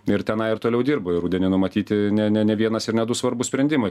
ir tenai ir toliau dirbo ir rudenį numatyti ne ne ne vienas ir ne du svarbūs sprendimai